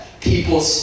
people